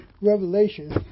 Revelation